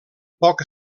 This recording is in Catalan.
poc